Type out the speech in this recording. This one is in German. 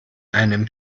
einem